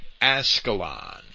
Ascalon